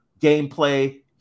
gameplay